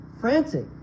frantic